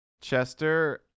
Chester